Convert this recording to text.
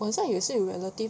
我很想也是有 relative